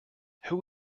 who